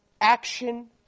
action